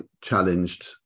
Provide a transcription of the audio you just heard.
challenged